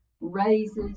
raises